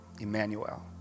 Emmanuel